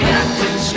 Captain